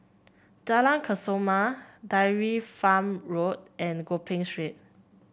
Jalan Kesoma Dairy Farm Road and Gopeng Street